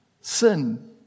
sin